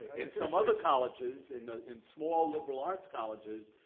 in some other colleges, in ah in small liberal arts colleges,